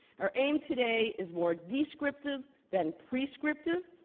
our aim today is more descriptive than prescriptive.